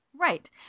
Right